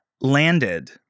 landed